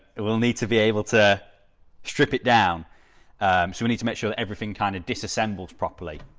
it will need to be able to strip it down so we need to make sure everything kind of disassembles properly